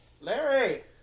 Larry